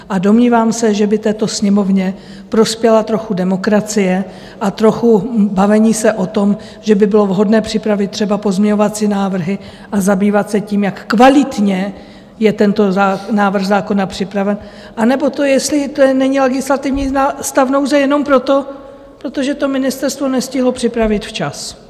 A domnívám se, že by této Sněmovně prospěla trochu demokracie a trochu bavení se o tom, že by bylo vhodné připravit třeba pozměňovací návrhy a zabývat se tím, jak kvalitně je tento návrh zákona připraven, anebo to, jestli to není legislativní stav nouze jenom proto, protože to ministerstvo nestihlo připravit včas.